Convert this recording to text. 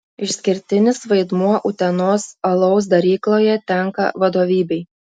išskirtinis vaidmuo utenos alaus darykloje tenka vadovybei